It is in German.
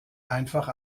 einfach